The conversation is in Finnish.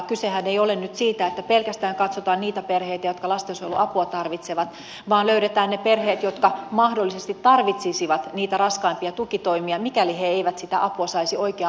kysehän ei ole nyt siitä että pelkästään katsotaan niitä perheitä jotka lastensuojeluapua tarvitsevat vaan siitä että löydetään ne perheet jotka mahdollisesti tarvitsisivat niitä raskaimpia tukitoimia mikäli ne eivät sitä apua saisi oikea aikaisesti